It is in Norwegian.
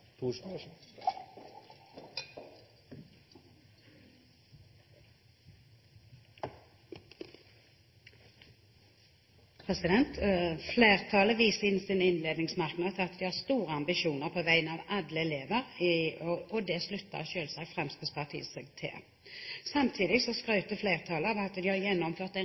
replikkordskifte. Flertallet viser i sin innledningsmerknad til at de har store ambisjoner på vegne av alle elever, og det slutter selvsagt Fremskrittspartiet seg til. Samtidig skryter flertallet av at de har gjennomført